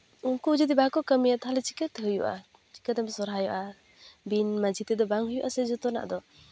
ᱩᱱᱠᱩ ᱡᱩᱫᱤ ᱵᱟᱝᱠᱚ ᱠᱟᱹᱢᱤᱭᱟ ᱛᱟᱦᱚᱞᱮ ᱪᱤᱠᱟᱹᱛᱮ ᱦᱩᱭᱩᱜᱼᱟ ᱪᱤᱠᱟᱹ ᱛᱮᱢ ᱥᱚᱨᱦᱟᱭᱚᱜᱼᱟ ᱵᱤᱱ ᱢᱟᱹᱡᱷᱤ ᱛᱮᱫᱚ ᱵᱟᱝ ᱦᱩᱭᱩᱜ ᱟᱥᱮ ᱡᱷᱚᱛᱚᱱᱟᱜ ᱫᱚ